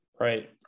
Right